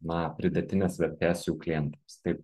na pridėtinės vertės jų klientams taip